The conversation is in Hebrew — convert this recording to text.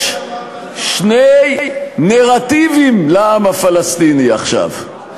יש שני נרטיבים לעם הפלסטיני עכשיו: